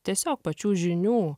tiesiog pačių žinių